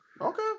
Okay